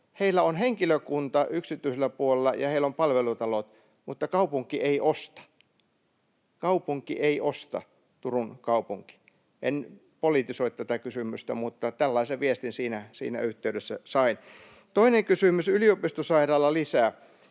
heillä on henkilökunta yksityisellä puolella ja palvelutalot, mutta kaupunki ei osta — kaupunki ei osta, Turun kaupunki. En politisoi tätä kysymystä, mutta tällaisen viestin siinä yhteydessä sain. Toinen kysymys, yliopistosairaalalisä: